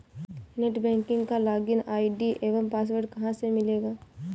Net banking का login ID एवं password कहाँ से मिलेगा?